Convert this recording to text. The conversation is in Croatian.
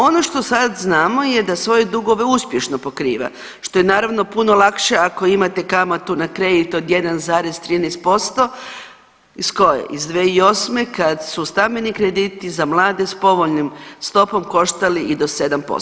Ono što sad znamo je da svoje dugove uspješno pokriva, što je naravno puno lakše ako imate kamatu na kredit od 1,13% iz koje, iz 2008. kad su stambeni krediti za mlade s povoljnom stopom koštali i do 7%